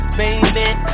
Baby